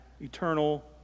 eternal